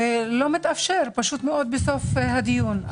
ולא מתאפשר פשוט מאוד בסוף הדיון.